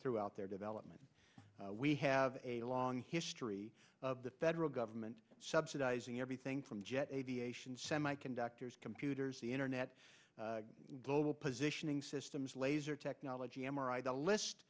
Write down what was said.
throughout their development we have a long history of the federal government subsidizing everything from jet aviation semiconductors computers the internet global positioning systems laser technology m r i the list